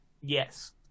yes